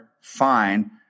fine